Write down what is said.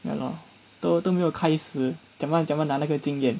ya lor 都都没有开始怎么怎么拿那个经验